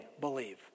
believe